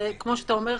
כמו שאתה אומר,